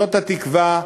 זאת התקווה,